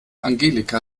angelika